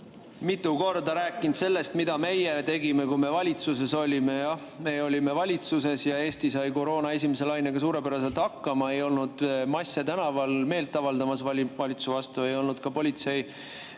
mitu korda rääkinud sellest, mida meie tegime, kui me valitsuses olime. Jah, me olime valitsuses ja Eesti sai koroona esimese lainega suurepäraselt hakkama. Ei olnud masse tänaval meelt avaldamas valitsuse vastu, ei olnud ka politseid